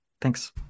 Thanks